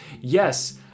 yes